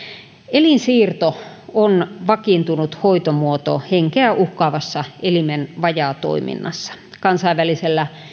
elinsiirto on vakiintunut hoitomuoto henkeä uhkaavassa elimen vajaatoiminnassa kansainvälisellä